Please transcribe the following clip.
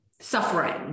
suffering